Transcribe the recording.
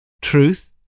Truth